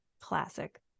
classic